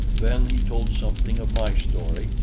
then he told something of my story,